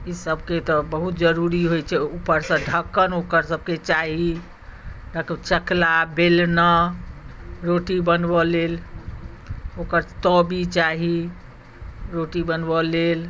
ई सबके तऽ बहुत जरूरी होइत छै ऊपरसँ ढक्कन ओकरसबके चाही चकला बेलना रोटी बनबै लेल ओकर तबी चाही रोटी बनबै लेल